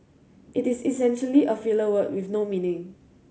it is essentially a filler word with no meaning